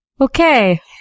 Okay